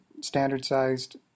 standard-sized